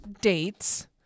dates